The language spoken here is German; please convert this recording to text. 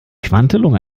quantelung